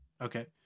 Okay